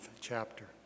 chapter